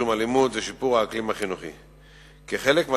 1. מדוע אין גנים בשכונות היישוב?